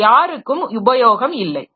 அது யாருக்கும் உபயோகம் இல்லை